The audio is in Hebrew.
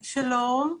שלום,